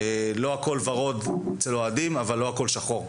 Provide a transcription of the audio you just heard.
לא הכל ורוד אצל אוהדים אבל לא הכל שחור,